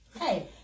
Hey